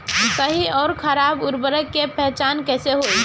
सही अउर खराब उर्बरक के पहचान कैसे होई?